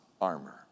armor